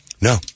No